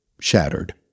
shattered